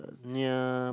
near